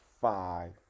five